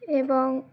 এবং